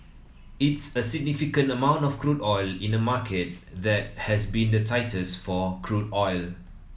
it's a significant amount of crude oil in a market that has been the tightest for crude oil